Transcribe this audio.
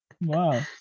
Wow